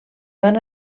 van